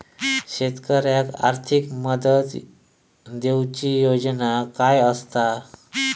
शेतकऱ्याक आर्थिक मदत देऊची योजना काय आसत?